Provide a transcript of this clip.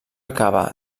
acaba